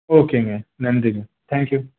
ஓகேங்க நன்றிங்க thank you